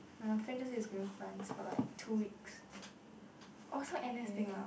my friend just say he is going france for like two weeks orh so N_S thing uh